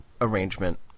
arrangement